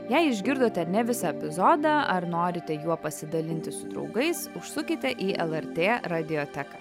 jei išgirdote ne visą epizodą ar norite juo pasidalinti su draugais užsukite į lrt radioteką